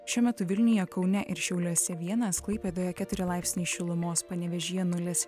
šiuo metu vilniuje kaune ir šiauliuose vienas klaipėdoje keturi laipsniai šilumos panevėžyje nulis